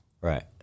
Right